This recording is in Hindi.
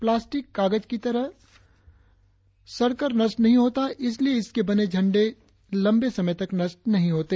प्लास्टिक कागज की तरह सड़कर नष्ट नहीं होता इसलिए इसके बने झंडे लंबे समय तक नष्ट नहीं होते